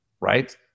right